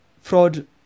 fraud